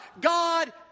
God